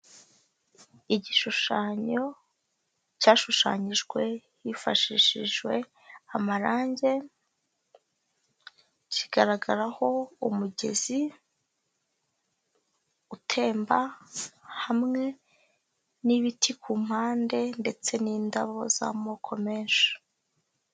Igishushanyo cyashushanyijwe hifashishijwe amarange. Kigaragaraho umugezi utemba hamwe n'ibiti kumpande ndetse n'indabo z'amoko menshi.